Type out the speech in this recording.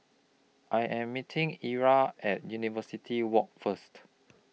I Am meeting Ezra At University Walk First